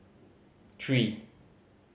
three